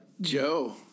joe